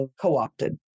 co-opted